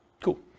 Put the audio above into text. Cool